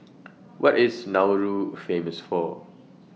What IS Nauru Famous For